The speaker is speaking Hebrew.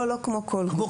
לא, לא כמו כל גוף.